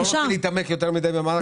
לא נתעמק יותר מדי במענק עבודה.